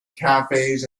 cafes